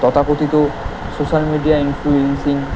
তথাকথিত সোশ্যাল মিডিয়ায় ইনফ্লুয়েন্সিং